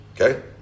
Okay